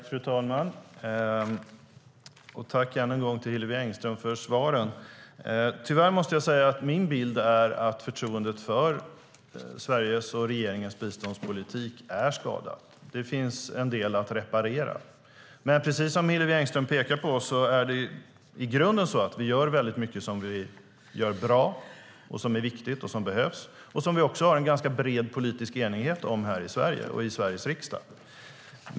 Fru talman! Tack än en gång, Hillevi Engström, för svaren! Tyvärr måste jag säga att min bild är att förtroendet för Sveriges och regeringens biståndspolitik är skadat. Det finns en del att reparera. Precis som Hillevi Engström säger gör vi i grunden mycket som är bra och viktigt och som behövs. Det har vi också en ganska bred politisk enighet om i Sverige och i Sveriges riksdag.